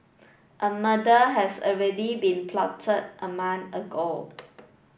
a murder has already been plotted a month ago